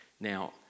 Now